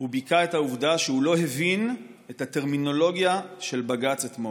הוא ביכה את העובדה שהוא לא הבין את הטרמינולוגיה של בג"ץ אתמול.